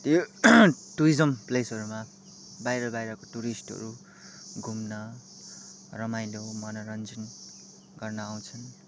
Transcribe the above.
त्यो टुरिजम् प्लेसहरूमा बाहिर बाहिरको टुरिस्टहरू घुम्न रमाइलो मनोरञ्जन गर्न आउँछन्